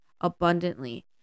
abundantly